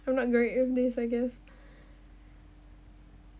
I'm not good at this I guess